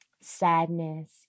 sadness